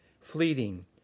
fleeting